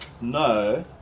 no